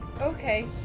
okay